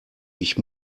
ich